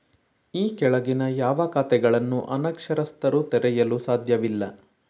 ಈ ಕೆಳಗಿನ ಯಾವ ಖಾತೆಗಳನ್ನು ಅನಕ್ಷರಸ್ಥರು ತೆರೆಯಲು ಸಾಧ್ಯವಿಲ್ಲ?